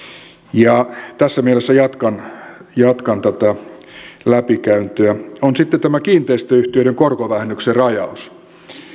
tässä mielessä jatkan tätä läpikäyntiä on sitten tämä kiinteistöyhtiöiden korkovähennyksen rajaus